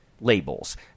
labels